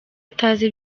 atazi